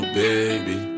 baby